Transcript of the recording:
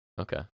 Okay